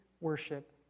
worship